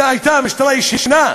הייתה המשטרה ישנה?